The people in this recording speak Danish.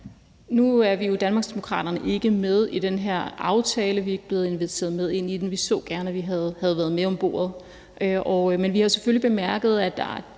Nu er vi jo i Danmarksdemokraterne ikke med i den her aftale, for vi er ikke blevet inviteret med ind i den. Vi havde gerne siddet med ved bordet. Men vi har selvfølgelig bemærket, at der er